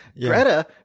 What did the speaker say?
Greta